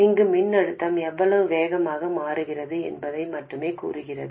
இங்கு மின்னழுத்தம் எவ்வளவு வேகமாக மாறுகிறது என்பதை மட்டுமே கூறுகிறது